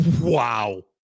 Wow